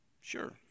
Sure